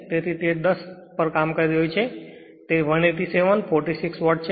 તેથી તે 10 પર કામ કરી રહ્યું છે તે 187 46 વોટ છે